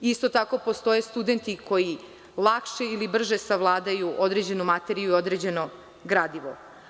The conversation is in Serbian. Isto tako, postoje studenti koji lakše ili brže savladaju određenu materiju i određeno gradivo.